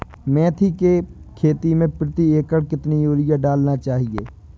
मेथी के खेती में प्रति एकड़ कितनी यूरिया डालना चाहिए?